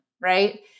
right